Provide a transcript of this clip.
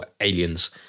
Aliens